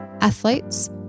athletes